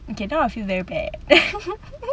okay now I feel very bad